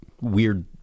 weird